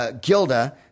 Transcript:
Gilda